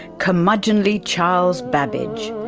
curmudgeonly charles babbage,